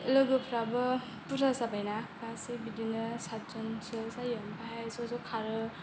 लोगोफ्राबो बुरजा जाबायना गासै बिदिनो सातजनसो जायो आमफ्राय ज'ज' खारो